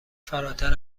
فراتر